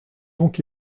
donc